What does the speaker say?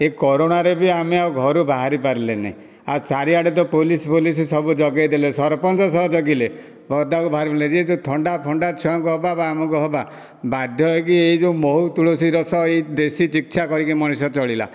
ଏଇ କରୋନାରେ ବି ଆମେ ଆଉ ଘରୁ ବାହାରି ପାରିଲେନି ଆଉ ଚାରିଆଡ଼େ ତ ପୋଲିସ୍ ଫୋଲିସ୍ ସବୁ ଜଗେଇଦେଲେ ସରପଞ୍ଚ ସହ ଜଗିଲେ ପଦାକୁ ବାହାରି ଏଇ ଯେଉଁ ଥଣ୍ଡା ଫଣ୍ଡା ଛୁଆଙ୍କୁ ହେବା ବା ଆମକୁ ହେବା ବାଧ୍ୟ ହୋଇକି ଏଇ ଯେଉଁ ମହୁ ତୁଳସୀ ରସ ଦେଶୀ ଚିକିତ୍ସା କରିକି ମଣିଷ ଚଳିଲା